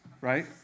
right